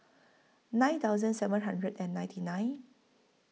nine thousand seven hundred and ninety nine